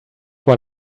what